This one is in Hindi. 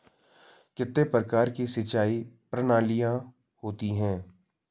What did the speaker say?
कितने प्रकार की सिंचाई प्रणालियों होती हैं?